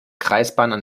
kreisbahnen